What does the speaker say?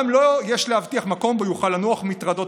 "גם לו יש להבטיח מקום בו יוכל לנוח מטרדות